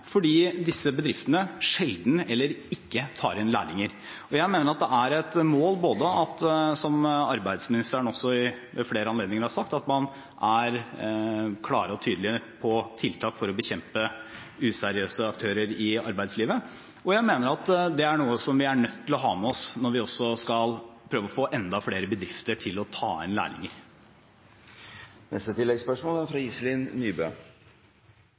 fordi disse bedriftene sjelden eller ikke tar inn lærlinger. Jeg mener det er et mål, som arbeidsministeren ved flere anledninger har sagt, at man er klar og tydelig på tiltak for å bekjempe useriøse aktører i arbeidslivet. Jeg mener det er noe vi er nødt til å ha med oss når vi skal prøve å få enda flere bedrifter til å ta inn lærlinger. Iselin Nybø – til oppfølgingsspørsmål. En god yrkesfaglig opplæring er